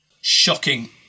shocking